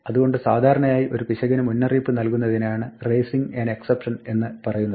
അതുകൊണ്ട് സാധാരണയായി ഒരു പിശകിന് മുന്നറിയിപ്പ് നൽകുന്നതിനെയാണ് റേസിംഗ് ഏൻ എക്സപ്ഷൻ എന്നു പറയുന്നത്